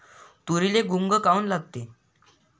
तुरीले घुंग काऊन लागते?